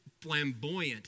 flamboyant